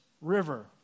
river